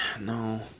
No